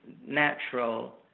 natural